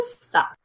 stop